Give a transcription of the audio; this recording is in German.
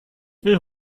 will